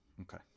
Okay